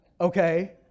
Okay